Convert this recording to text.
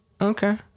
Okay